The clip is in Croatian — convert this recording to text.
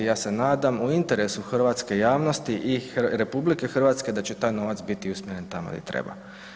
Ja se nadam u interesu hrvatske javnosti i RH da će taj novac biti usmjeren tamo di treba.